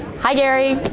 hi gary,